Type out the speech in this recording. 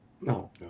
No